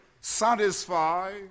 satisfy